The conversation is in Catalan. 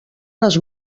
les